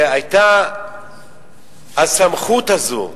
היתה הסמכות הזאת.